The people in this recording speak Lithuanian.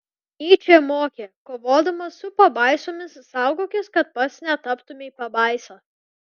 nyčė mokė kovodamas su pabaisomis saugokis kad pats netaptumei pabaisa